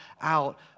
out